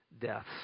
deaths